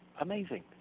amazing